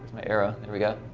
meira and regatta